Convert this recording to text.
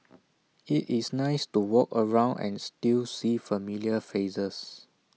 IT is nice to walk around and still see familiar faces